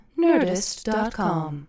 Nerdist.com